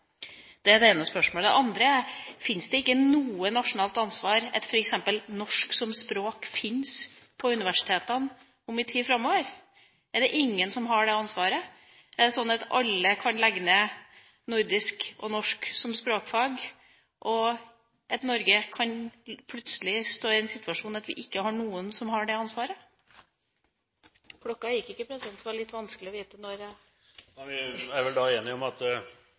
Det er det ene spørsmålet. Det andre er: Fins det ikke noe nasjonalt ansvar for at f.eks. norsk som språk fins på universitetene en stund framover? Er det ingen som har det ansvaret? Er det sånn at alle kan legge ned nordisk og norsk som språkfag, og at Norge plutselig kan stå i den situasjonen at vi ikke har noen som har det ansvaret? Klokka gikk ikke, president, så det var litt vanskelig å vite når jeg skulle slutte. Da er vi vel enige om at